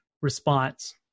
response